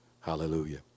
Hallelujah